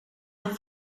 and